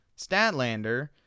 Statlander